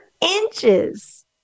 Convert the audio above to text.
inches